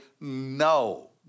no